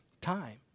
time